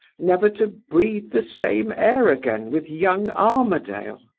never to breathe the same air again, with young armadale?